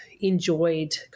enjoyed